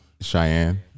Cheyenne